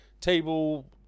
Table